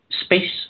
space